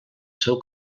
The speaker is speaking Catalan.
seu